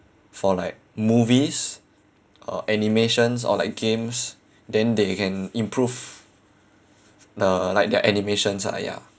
for like movies or animations or like games then they can improve the like the animations ah ya